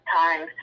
time